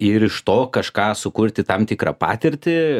ir iš to kažką sukurti tam tikrą patirtį